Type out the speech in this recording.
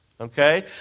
okay